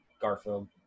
Garfield